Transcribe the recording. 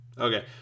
okay